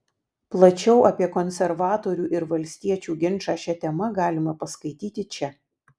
plačiau apie konservatorių ir valstiečių ginčą šia tema galima paskaityti čia